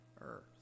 earth